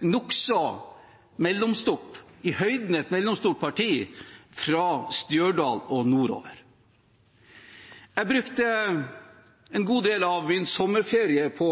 nokså mellomstort, i høyden mellomstort, parti fra Stjørdal og nordover. Jeg brukte en god del av min sommerferie på